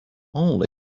only